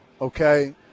Okay